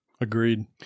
Agreed